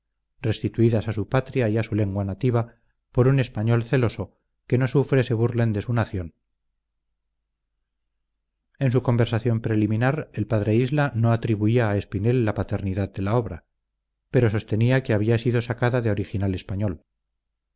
restituidas a su patria y a su lengua nativa por un español celoso que no sufre se burlen de su nación en su conversación preliminar el p isla no atribuía a espinel la paternidad de la obra pero sostenía que había sido sacada de original español